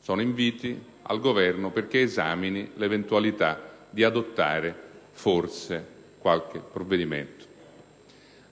sono inviti al Governo perché esamini l'eventualità di adottare, forse, qualche provvedimento.